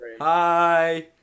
Hi